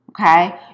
Okay